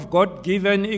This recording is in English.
God-given